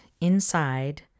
inside